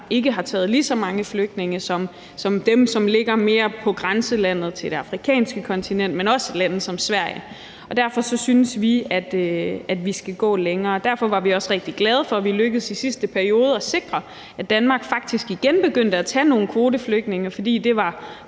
ikke har taget lige så mange flygtninge som dem, der ligger mere på grænselandet til det afrikanske kontinent, men også lande som Sverige. Derfor synes vi, at vi skal gå længere. Og derfor var vi også rigtig glade for, at vi i sidste periode lykkedes med at sikre, at Danmark faktisk igen begyndte at tage nogle kvoteflygtninge, for det var